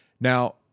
Now